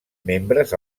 membres